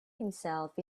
himself